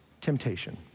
temptation